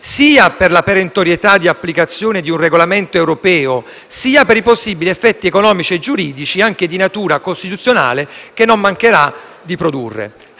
sia per la perentorietà di applicazione di un regolamento europeo sia per i possibili effetti economici e giuridici anche di natura costituzionale che non mancherà di produrre.